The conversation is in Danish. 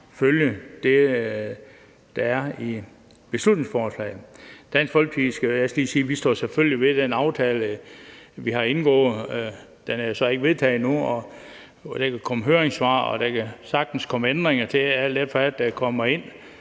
følge det, der er i beslutningsforslaget. Jeg skal lige sige, at Dansk Folkeparti selvfølgelig står ved den aftale, vi har indgået. Den er så ikke vedtaget endnu. Der kan komme høringssvar, og der kan sagtens komme ændringer til det, alt efter hvad der kommer ind.